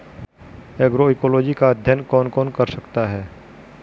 Agroecology का अध्ययन कौन कौन कर सकता है?